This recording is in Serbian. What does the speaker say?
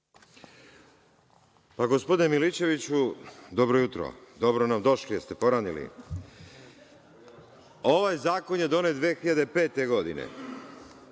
Gospodine Milićeviću, dobro jutro, dobro nam došli. Jel ste poranili? Ovaj zakon je donet 2005. godine